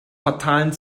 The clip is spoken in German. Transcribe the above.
fatalen